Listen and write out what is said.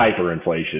hyperinflation